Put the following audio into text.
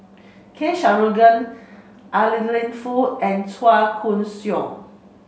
K Shanmugam Adeline Foo and Chua Koon Siong